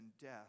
death